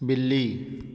ਬਿੱਲੀ